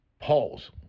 Pause